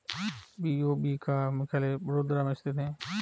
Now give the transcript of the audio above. BOB का मुख्यालय बड़ोदरा में स्थित है